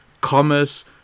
Commerce